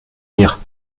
rire